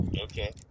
Okay